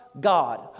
God